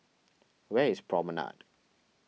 where is Promenade